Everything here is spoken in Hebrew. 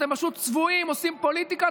אתם פשוט צבועים, עושים פוליטיקה.